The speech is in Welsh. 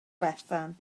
bethan